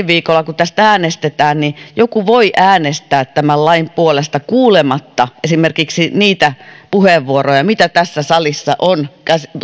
viikolla kun tästä äänestetään joku voi äänestää tämän lain puolesta kuulematta esimerkiksi niitä puheenvuoroja mitä tässä salissa on